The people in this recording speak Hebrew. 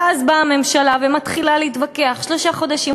ואז באה הממשלה ומתחילה להתווכח: שלושה חודשים,